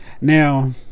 Now